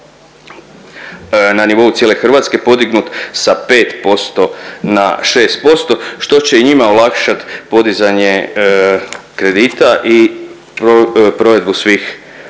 na nivou cijele Hrvatske podignut sa 5% na 6% što će njima olakšat podizanje kredita i provedbu svih